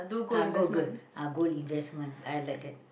ah gold girl ah good investment I like that